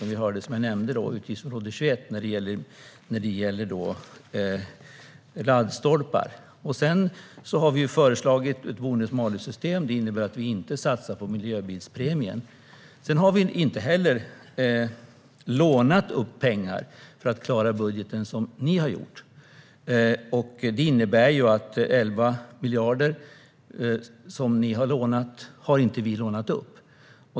Det gäller till exempel laddstolpar som ligger under utgiftsområde 21. Vi har också föreslagit ett bonus-malus-system. Det innebär att vi inte satsar på miljöbilspremien. Vi har inte heller lånat upp pengar för att klara budgeten som ni har gjort. Ni har lånat 11 miljarder, men det har inte vi.